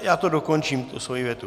Já to dokončím, tu svoji větu.